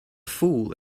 fool